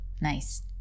Nice